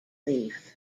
leaf